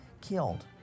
killed